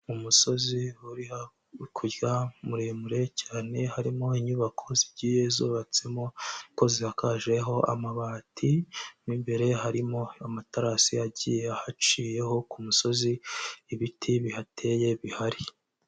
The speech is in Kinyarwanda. Umusozi uri hakurya muremure cyane harimo inyubako zigiye zubatsemo kuko zikajeho amabati, mo imbere harimo amaterasi agiye ahaciyeho ku musozi ibiti bihateye bihari.